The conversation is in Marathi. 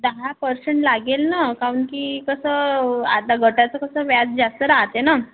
दहा पर्सेंट लागेल न कारण की कसं आता गटाचं कसं व्याज जास्त राहाते ना